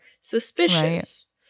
Suspicious